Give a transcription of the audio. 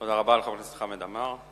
תודה רבה לחבר הכנסת חמד עמאר.